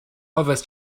always